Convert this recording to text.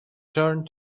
turned